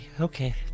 okay